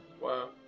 wow